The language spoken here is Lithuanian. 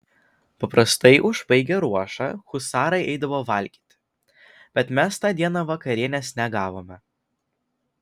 paprastai užbaigę ruošą husarai eidavo valgyti bet mes tą dieną vakarienės negavome